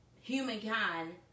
humankind